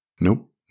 Nope